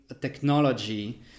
technology